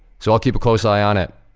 so, i'll keep a close eye on it.